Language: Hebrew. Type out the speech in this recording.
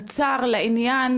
קצר לעניין,